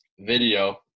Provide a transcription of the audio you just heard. video